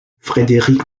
frédéric